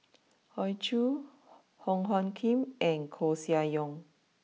Hoey Choo Wong Hung Khim and Koeh Sia Yong